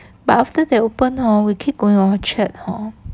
but after they open hor we keep going orchard hor